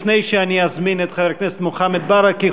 לפני שאני אזמין את חבר הכנסת מוחמד ברכה,